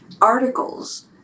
articles